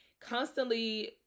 constantly